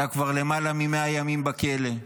אתה כבר למעלה מ-100 ימים בכלא,